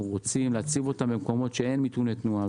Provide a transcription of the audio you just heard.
רוצים להציב במקומות שאין בהם נתוני תנועה,